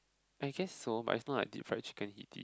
I guess so but it's not like deep fried heaty